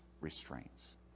restraints